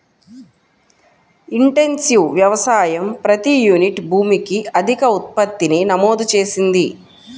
intensive వ్యవసాయం ప్రతి unit భూమికి అధిక ఉత్పత్తిని నమోదు చేసింది